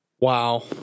wow